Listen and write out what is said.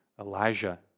Elijah